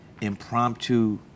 impromptu